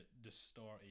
distorted